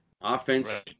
Offense